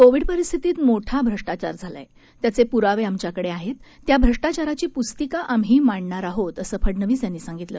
Covid परिस्थितीत मोठा भ्रष्टाचार झाला आहे त्याचे पुरावे आमच्याकडे आहेत त्या भ्रष्टाचाराची पुस्तिका आम्ही मांडणार आहोत असं फडनवीस यांनी सांगितलं